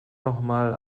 nochmal